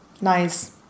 Nice